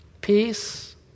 peace